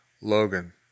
Logan